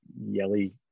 yelly